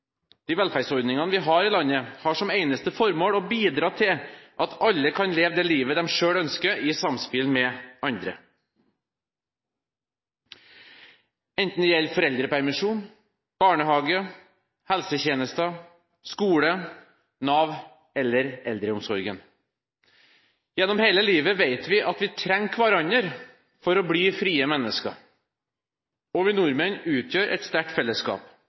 De velferdsordningene vi har i landet, har som eneste formål å bidra til at alle kan leve det livet de selv ønsker, i samspill med andre, enten det gjelder foreldrepermisjon, barnehage, helsetjenester, skole, Nav eller eldreomsorg. Gjennom hele livet vet vi at vi trenger hverandre for å bli frie mennesker, og vi nordmenn utgjør et sterkt fellesskap.